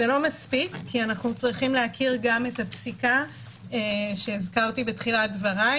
זה לא מספיק כי אנחנו צריכים להכיר גם את הפסיקה שהזכרתי בתחילת דבריי